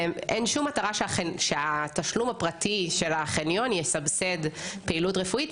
אין שום מטרה שהתשלום הפרטי של החניון יסבסד פעילות רפואית.